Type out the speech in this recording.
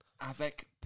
Avec